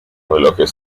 relojes